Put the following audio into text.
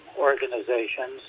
organizations